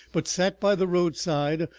but sat by the roadside,